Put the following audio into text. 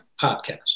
Podcast